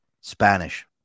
Spanish